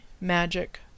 magic